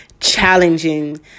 challenging